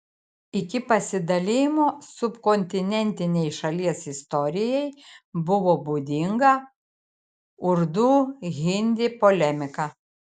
iki pasidalijimo subkontinentinei šalies istorijai buvo būdinga urdu hindi polemika